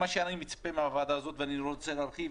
אני מצפה בוועדה הזו ואני לא רוצה להרחיב,